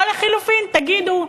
או לחלופין תגידו: